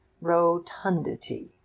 Rotundity